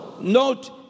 Note